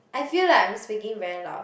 I feel like I'm speaking very loud